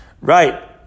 Right